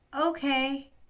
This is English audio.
okay